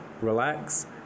relax